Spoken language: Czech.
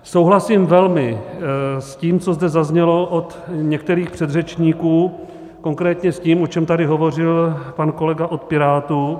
Souhlasím velmi s tím, co zde zaznělo od některých předřečníků, konkrétně s tím, o čem tady hovořil pan kolega od Pirátů.